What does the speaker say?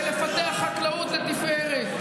ולפתח חקלאות לתפארת,